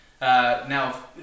Now